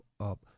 up